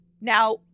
Now